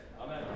Amen